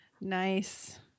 Nice